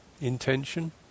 Intention